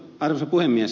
arvoisa puhemies